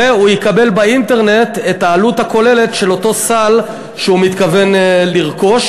והוא יקבל באינטרנט את העלות הכוללת של אותו סל שהוא מתכוון לרכוש.